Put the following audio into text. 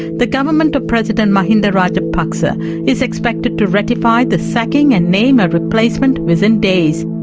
the government of president mahinda rajapakse ah is expected to ratify the sacking and name a replacement within days.